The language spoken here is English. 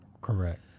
correct